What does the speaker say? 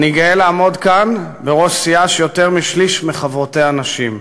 אני גאה לעמוד כאן בראש סיעה שיותר משליש מחבריה נשים,